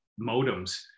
modems